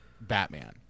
Batman